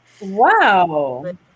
Wow